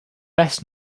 best